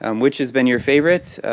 um which has been your favorites?